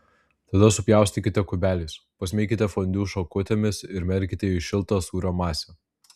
tada supjaustykite kubeliais pasmeikite fondiu šakutėmis ir merkite į šiltą sūrio masę